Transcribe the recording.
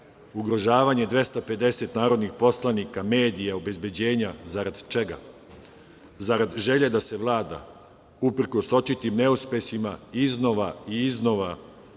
Ugrožavanje 250 narodnih poslanika, medija, obezbeđenja, zarad čega? Zarad želje da se vlada, uprkos očitim neuspesima iznova i iznova